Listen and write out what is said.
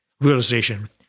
realization